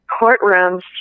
courtrooms